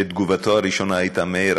שתגובתו הראשונה הייתה: מאיר,